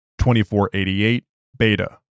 2488-Beta